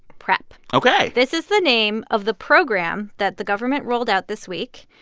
prep ok this is the name of the program that the government rolled out this week.